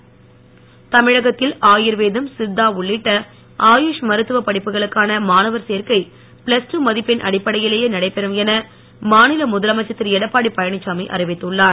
ஆயுஷ் தமிழகத்தில் ஆயுர்வேதம் சித்தா உள்ளிட்ட ஆயுஷ் மருத்துவ படிப்புகளுக்கான மாணவர் சேர்க்கை பிளஸ் டூ மதிப்பெண் அடிப்படையிலேயே நடைபெறும் என மாநில முதலமைச்சர் திரு எடப்பாடி பழனிச்சாமி அறிவித்துள்ளார்